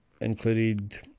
included